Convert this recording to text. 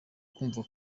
kumva